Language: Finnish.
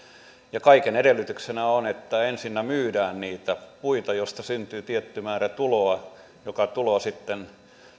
kaiken edellytyksenä on että ensinnä myydään niitä puita mistä syntyy tietty määrä tuloa joka sitten